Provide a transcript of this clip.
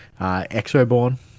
Exoborn